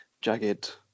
jagged